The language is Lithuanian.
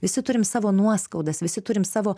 visi turim savo nuoskaudas visi turim savo